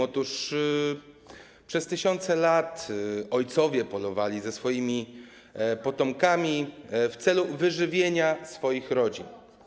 Otóż przez tysiące lat ojcowie polowali ze swoimi potomkami w celu wyżywienia swoich rodzin.